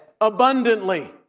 abundantly